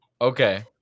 Okay